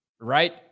right